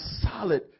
solid